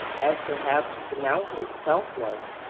as perhaps the mountain itself was,